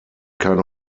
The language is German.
keine